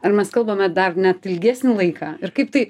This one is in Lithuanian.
ar mes kalbame dar net ilgesnį laiką ir kaip tai